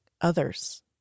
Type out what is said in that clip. others